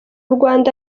rwanda